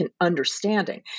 understanding